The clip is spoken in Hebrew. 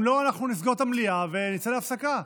אם לא, אנחנו נסגור את המליאה ונצא להפסקה,